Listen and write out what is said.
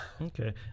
Okay